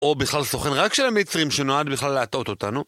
או בכלל סוכן רק של המצרים שנועד בכלל להטעות אותנו